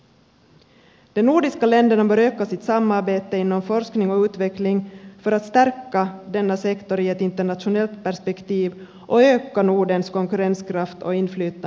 de nordiska länderna bör öka sitt samarbete inom forskning och utveckling för att stärka denna sektor i ett internationellt perspektiv och öka nordens konkurrenskraft och inflytande i världen